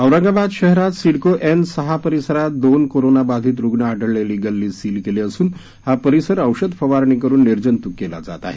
औरंगाबाद शहरात सिडको एन सहा परिसरात दोन कोरोनाबाधित रुग्ण आढळलेली गल्ली सील केली असून हा परिसर औषण फवारणी करून निर्जतुक केला जात आहे